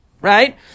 right